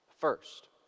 first